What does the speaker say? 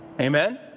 Amen